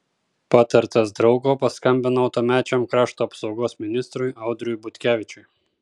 patartas draugo paskambinau tuomečiam krašto apsaugos ministrui audriui butkevičiui